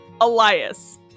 Elias